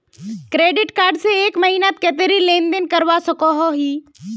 Credit card से एक महीनात कतेरी लेन देन करवा सकोहो ही?